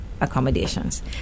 accommodations